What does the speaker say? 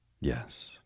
Yes